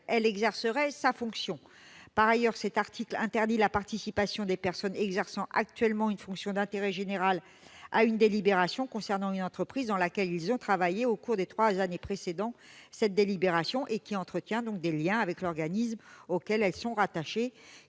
elle exercera sa fonction. Par ailleurs, cet article interdit la participation des personnes exerçant actuellement une fonction d'intérêt général à une délibération concernant une entreprise dans laquelle elles ont travaillé au cours des trois années précédant cette délibération et qui entretient des liens avec l'organisme auquel elles sont rattachées.